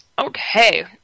Okay